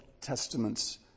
testaments